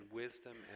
wisdom